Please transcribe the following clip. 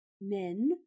Men